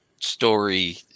story